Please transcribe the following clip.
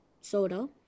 soda